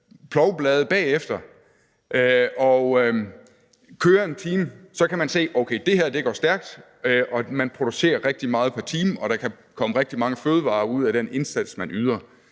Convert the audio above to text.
plovskær og kører 1 time, kan man se: Okay, det her går stærkt. Man producerer rigtig meget pr. time, og der kan komme rigtig mange fødevarer ud af den indsats, man yder.